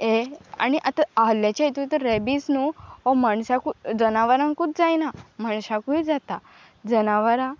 हे आनी आतां आहल्याच्या हतू तर रेबीज न्हू हो मणशाकू जनावरांकूच जायना मणशाकूय जाता जनावरां